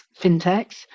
fintechs